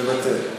מוותר.